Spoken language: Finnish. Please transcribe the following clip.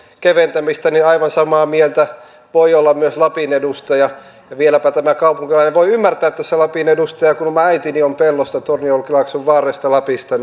keventämistä niin aivan samaa mieltä voi olla myös lapin edustaja ja vieläpä tämä kaupunkilainen voi ymmärtää tässä lapin edustajaa kun oma äitini on pellosta tornionjokilaakson varresta lapista